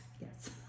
Yes